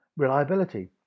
Reliability